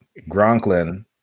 Gronklin